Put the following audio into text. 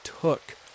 took